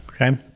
okay